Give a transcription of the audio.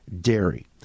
dairy